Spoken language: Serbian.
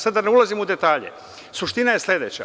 Sad da ne ulazim u detalje, suština je sledeća.